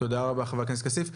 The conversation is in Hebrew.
תודה רבה חבר הכנסת כסיף.